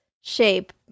shape